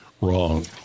wrong